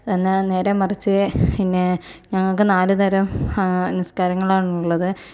എന്നാൽ നേരെ മറിച്ച് പിന്നെ ഞങ്ങൾക്ക് നാല് നേരം നിസ്കാരങ്ങൾ ആണ് ഉള്ളത്